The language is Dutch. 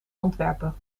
antwerpen